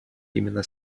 именно